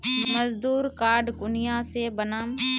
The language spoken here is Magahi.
मजदूर कार्ड कुनियाँ से बनाम?